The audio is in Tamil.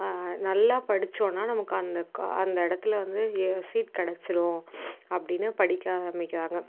நல்லா படித்தோன்னா நமக்கு அந்த அந்த இடத்துல வந்து சீட் கெடைச்சிரும் அப்படினு படிக்க ஆரம்மிக்கிறாங்க